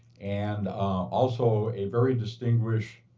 and also a very distinguished